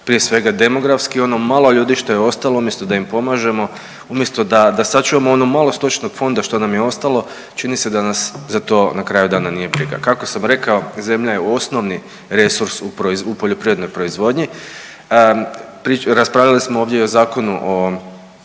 prije svega demografski. Ono malo ljudi što je ostalo umjesto da im pomažemo, umjesto da sačuvamo ono malo stočnog fonda što nam je ostalo čini se da nas za to na kraju dana nije briga. Kako sam rekao zemlja je osnovni resurs u poljoprivrednoj proizvodnji, raspravljali smo ovdje i o Zakonu o